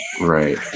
right